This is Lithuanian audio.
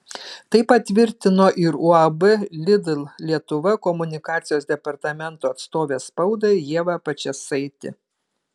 tai patvirtino ir uab lidl lietuva komunikacijos departamento atstovė spaudai ieva pačėsaitė